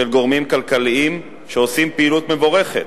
גורמים כלכליים שעושים פעילות מבורכת.